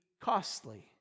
costly